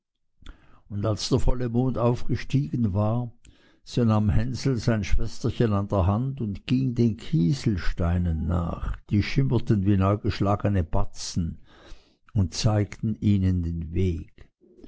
und als der volle mond aufgestiegen war so nahm hänsel sein schwesterchen an der hand und ging den kieselsteinen nach die schimmerten wie neu geschlagene batzen und zeigten ihnen den weg